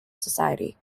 society